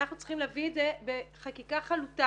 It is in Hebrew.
אנחנו צריכים להביא את זה בחקיקה חלוטה